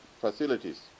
facilities